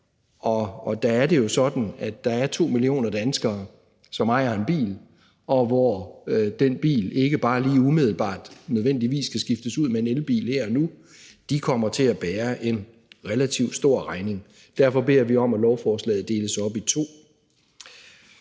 Det er jo sådan, at der er 2 millioner danskere, som ejer en bil, og den bil skal ikke nødvendigvis skiftes ud med en elbil her og nu. De kommer til at bære en relativt stor del af regningen. Derfor beder vi om, at lovforslaget deles op i to.